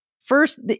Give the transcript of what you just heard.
first